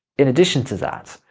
in addition to that,